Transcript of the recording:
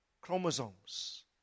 chromosomes